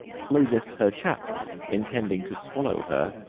closeth her chaps, intending to swallow her,